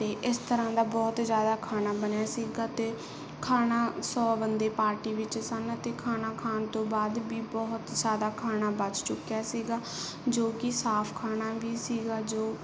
ਅਤੇ ਇਸ ਤਰ੍ਹਾਂ ਦਾ ਬਹੁਤ ਜ਼ਿਆਦਾ ਖਾਣਾ ਬਣਿਆ ਸੀਗਾ ਅਤੇ ਖਾਣਾ ਸੌ ਬੰਦੇ ਪਾਰਟੀ ਵਿੱਚ ਸਨ ਅਤੇ ਖਾਣਾ ਖਾਣ ਤੋਂ ਬਾਅਦ ਵੀ ਬਹੁਤ ਹੀ ਜ਼ਿਆਦਾ ਖਾਣਾ ਬਚ ਚੁੱਕਿਆ ਸੀਗਾ ਜੋ ਕਿ ਸਾਫ਼ ਖਾਣਾ ਵੀ ਸੀਗਾ ਜੋ